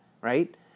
Right